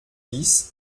dix